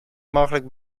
mogelijk